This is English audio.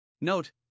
Note